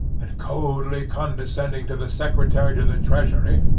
and coldly condescending to the secretary to the treasury,